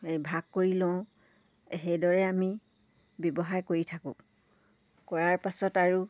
এই ভাগ কৰি লওঁ সেইদৰে আমি ব্যৱসায় কৰি থাকোঁ কৰাৰ পাছত আৰু